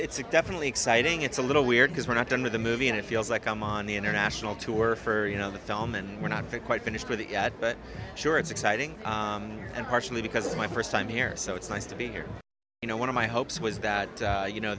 it's a definitely exciting it's a little weird because we're not done with the movie and it feels like i'm on the international tour for you know the film and we're not quite finished with it but sure it's exciting and partially because it's my first time here so it's nice to be here you know one of my hopes was that you know